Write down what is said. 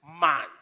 man